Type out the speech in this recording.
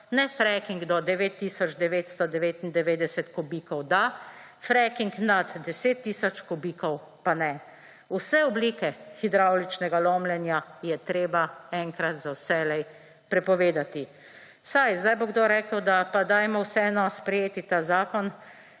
ne freaking do 9 tisoč 999 kubikov da, freaking nad 10 tisoč kubikov pa ne. Vse oblike hidravličnega lomljenja je treba enkrat za vselej povedati. Sedaj bo kdo rekel pa dajmo vseeno sprejeti zakon